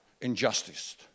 injustice